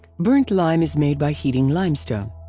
burnt lime is made by heating limestone.